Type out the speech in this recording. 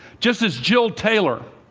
just as jill taylor